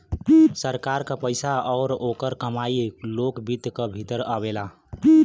सरकार क पइसा आउर ओकर कमाई लोक वित्त क भीतर आवेला